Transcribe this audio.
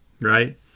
right